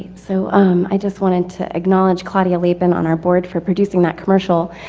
so i just wanted to acknowledge claudia lipen on our board for producing that commercial.